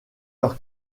leur